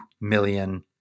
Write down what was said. million